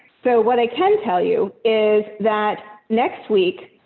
so what i can tell you is that next week,